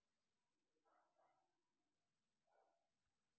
అలహాబాద్ బ్యాంకును ఇండియన్ బ్యాంకులో విలీనం చేత్తన్నట్లు ఆర్థికమంత్రి ప్రకటించారు